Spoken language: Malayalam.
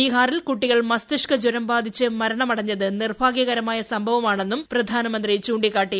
ബീഹാറിൽ കുട്ടികൾ മസ്തിഷ്ക ജരം ബാധിച്ച് മരണമടഞ്ഞത് നിർഭാഗ്യകരമായ സംഭവമാണെന്നും പ്രധാനമന്ത്രി ചൂണ്ടിക്കാട്ടി